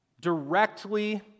directly